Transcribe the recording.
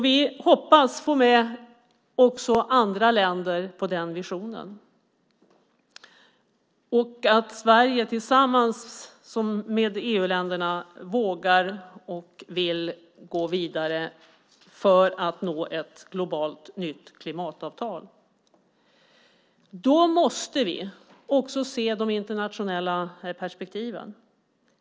Vi hoppas få med också andra länder på den visionen och hoppas att Sverige tillsammans med EU-länderna vågar och vill gå vidare för att nå ett globalt nytt klimatavtal. Då måste vi också se de internationella perspektiven.